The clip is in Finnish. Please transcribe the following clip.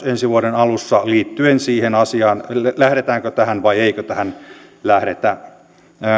ensi vuoden alussa liittyen siihen asiaan lähdetäänkö tähän vai eikö tähän lähdetä